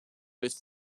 host